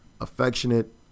affectionate